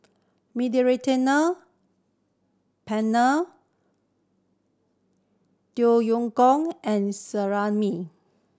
Mediterranean Penne Yam Goong and